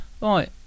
Right